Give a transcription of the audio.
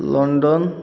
London